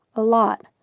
a lot.